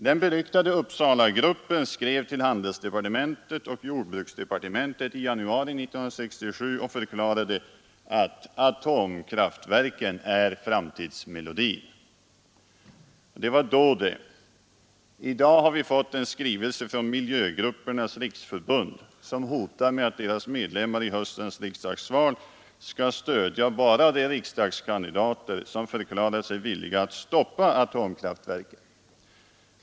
Den beryktade Uppsalagruppen skrev till handelsdepartementet och jordbruksdepartementet i januari 1967 och förklarade att ”atomkraftverken är framtidsmelodin”. Men det var då det. I dag har vi fått en skrivelse från Miljögruppernas riksförbund som hotar med att deras medlemmar i höstens riksdagsval skall stödja bara de riksdagskandidater som förklarar sig villiga att stoppa atomkraftverken.